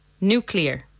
Nuclear